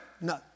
no